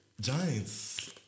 Giants